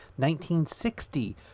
1960